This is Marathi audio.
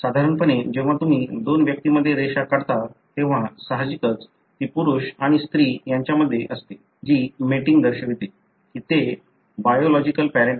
साधारणपणे जेव्हा तुम्ही दोन व्यक्तींमध्ये रेषा काढता तेव्हा साहजिकच ती पुरुष आणि स्त्री यांच्यामध्ये असते जी मेटींग दर्शवते की ते बायो लॉजिकल पॅरेंट आहेत